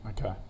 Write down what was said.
okay